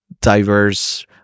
diverse